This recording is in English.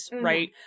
right